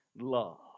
love